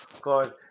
God